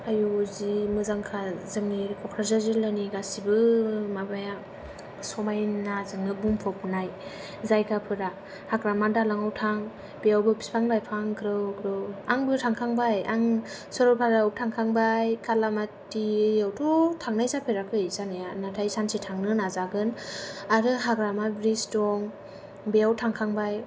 आयु जि मोजांखा जोंनि ककराझार जिल्लानि गासिबो माबाया समायनाजोंनो बुंफबनाय जायगाफोरा हाग्रामा दालाङाव थां बेयावबो बिफां लाइफां ग्रौ ग्रौ आंबो थांखांबाय आं सरलपारायावबो थांखांबाय कालामातिआव थ' थांनाय जाफेराखै जानाया नाथाय सानसे थांनो नाजागोन आरो हाग्रामा ब्रिज दं बेयाव थांखांबाय